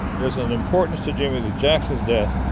there's an importance to jimmie lee jackson's death,